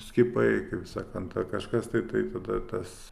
skiepai kaip sakant ar kažkas tai tai tada tas